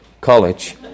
College